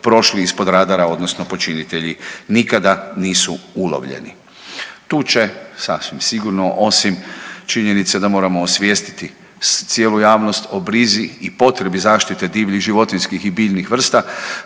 prošli ispod radara odnosno počinitelji nikada nisu ulovljeni. Tu će sasvim sigurno osim činjenice da moramo osvijestiti cijelu javnost o brizi i potrebi zaštite divljih životinjskih i biljnih vrsta